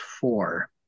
four